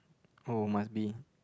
oh must be